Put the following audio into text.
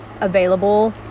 available